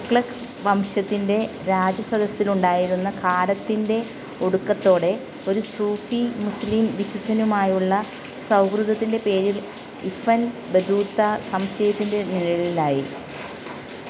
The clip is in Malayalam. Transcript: തുഗ്ലക്ക് വംശത്തിൻ്റെ രാജസദസ്സിലുണ്ടായിരുന്ന കാലത്തിൻ്റെ ഒടുക്കത്തോടെ ഒരു സൂഫി മുസ്ലീം വിശുദ്ധനുമായുള്ള സൗഹൃദത്തിൻ്റെ പേരിൽ ഇഫൻ ബത്തൂത്ത സംശയത്തിൻ്റെ നിഴലിലായി